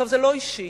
זה לא אישי,